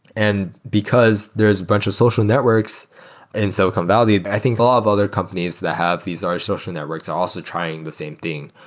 and because there is a bunch of social networks in silicon valley, i think a lot of other companies that have these other social networks are also trying the same thing.